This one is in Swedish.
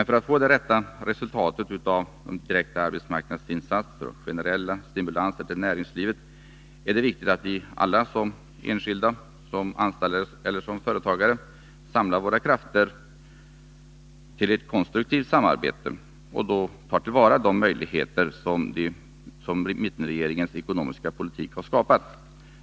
För att få det rätta resultatet av direkta arbetsmarknadsinsatser och generella stimulanser till näringslivet är det viktigt att vi alla — som enskilda, som anställda eller som företagare — samlar våra krafter i ett konstruktivt samarbete och tar till vara de möjligheter som mittenregeringens ekonomiska politik har skapat.